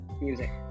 music